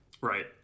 Right